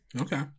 Okay